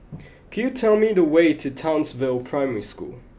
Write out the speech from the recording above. could you tell me the way to Townsville Primary School